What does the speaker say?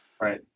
Right